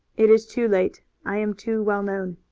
it is too late i am too well known.